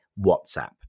WhatsApp